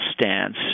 stance